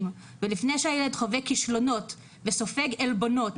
ולפני שהילד חווה כישלונות וסופג עלבונות,